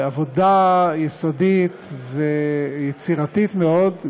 בעבודה יסודית ויצירתית מאוד,